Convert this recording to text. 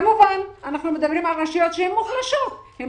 אנחנו מדברים על רשויות מוחלשות הם